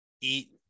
eat